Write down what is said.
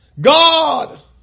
God